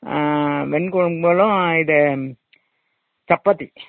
வெண் கொழம்புகலும் இது சப்பாத்தி